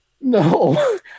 No